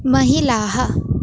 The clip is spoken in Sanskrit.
महिलाः